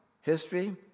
history